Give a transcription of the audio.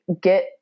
get